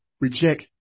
reject